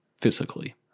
physically